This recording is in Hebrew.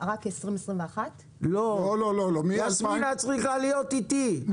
את צריכה להיות איתי,